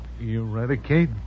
Eradicate